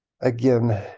Again